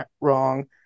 Wrong